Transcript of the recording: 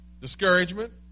discouragement